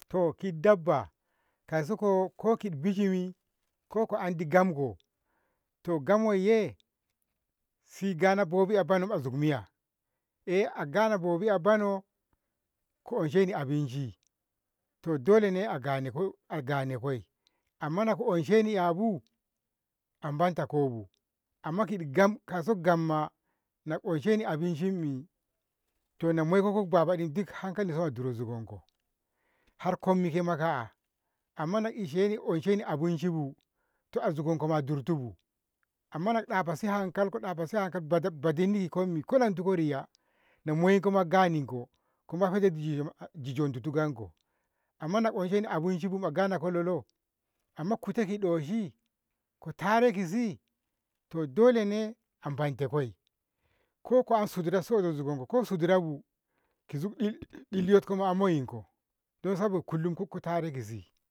To kit dabba kausako ko ki bijimi ko ko andi gam ko to gam waye shi gana bobiya bano nzugmiya eh agana bobiya bano ko'ansheni abinshi, to dolene agana ko- agana koi amma na ko ansheni ‘yabu a manta koobu amma kiti gam kauso gam ma na onsheni abinshinni to na maikob babaɗi dik hankalinni zodoro nzugonko har konnike ma ka'a amma na ishe- onsheni abinshi bu to a nzogonko ma a dirtibu amma naɗa'afasi hankal koɗafasi hankali bada- badunni ko- koladugko riya namaikoma ganiko koma jijjo- jijjo ditu gamko amma na onsheni abinshibu a ganokoi lalo? amma kute ki doshi ko tare kizi to dolene a manta koi ko ko'anszures soto zugonko ko su zurebu ki zigdi diliyotko a moyiko dan sabo kullum ko- ko tare kizi.